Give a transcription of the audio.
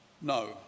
No